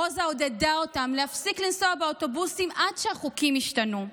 רוזה עודדה אותם להפסיק לנסוע באוטובוסים עד שהחוקים ישתנו.